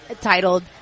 titled